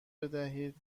بدهید